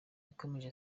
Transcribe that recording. yakomeje